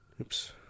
Oops